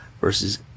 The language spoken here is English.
versus